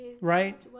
right